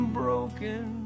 broken